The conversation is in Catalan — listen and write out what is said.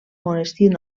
monestir